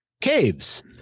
caves